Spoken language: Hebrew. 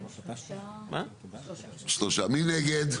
4 נגד,